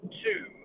two